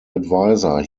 advisor